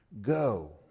Go